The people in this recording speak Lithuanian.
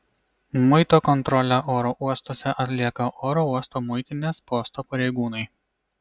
muito kontrolę oro uostuose atlieka oro uosto muitinės posto pareigūnai